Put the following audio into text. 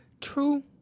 True